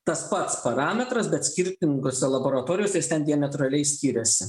tas pats parametras bet skirtingose laboratorijose jis ten diametraliai skiriasi